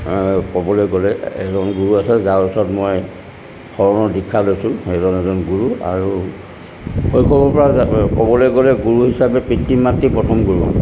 ক'বলৈ গ'লে এজন গুৰু আছে যাৰ ওচৰত মই শৰণৰ দীক্ষা লৈছোঁ সেইজন এজন গুৰু আৰু শৈশৱৰ পৰা ক'বলৈ গ'লে গুৰু হিচাপে পিতৃ মাতৃ প্ৰথম গুৰু